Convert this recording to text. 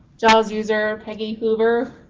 jaws user, peggy hoover,